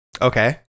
Okay